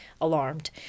alarmed